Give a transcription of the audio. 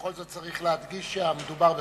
ובכל זאת צריך להדגיש שהמדובר בחשוד.